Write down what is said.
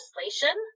legislation